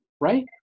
Right